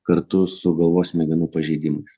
kartu su galvos smegenų pažeidimais